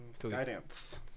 Skydance